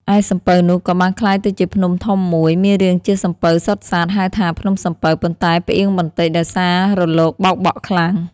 ឯសំពៅនោះ ក៏បានក្លាយទៅជាភ្នំធំមួយ មានរាងជាសំពៅសុទ្ធសាធ ហៅថា ភ្នំសំពៅ ប៉ុន្តែផ្អៀងបន្តិចដោយសាររលកបោកបក់ខ្លាំង។